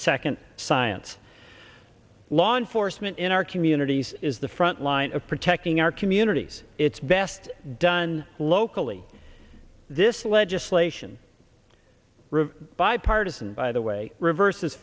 second science law enforcement in our communities is the front line of protecting our communities it's best done locally this legislation bipartisan by the way reverses